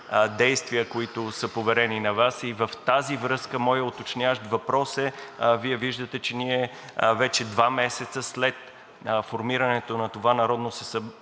действия, които са поверени на Вас. Във връзка с това моят уточняващ въпрос – Вие виждате, че ние вече два месеца след формирането на това Народно събрание